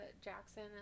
Jackson